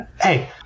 hey